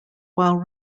while